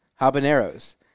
habaneros